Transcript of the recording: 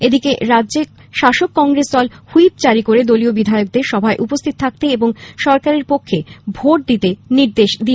এদিকে রাজ্যে শাসক কংগ্রেস দল হুইপ জারী করে দলীয় বিধায়কদের সভায় উপস্হিত থাকতে এবং সরকারের পক্ষে ভোট দিতে নির্দেশ দিয়েছে